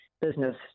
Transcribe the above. business